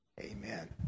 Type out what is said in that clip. Amen